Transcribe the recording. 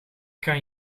kan